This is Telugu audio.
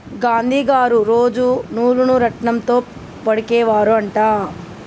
గాంధీ గారు రోజు నూలును రాట్నం తో వడికే వారు అంట